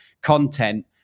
content